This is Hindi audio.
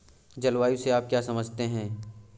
जलवायु से आप क्या समझते हैं?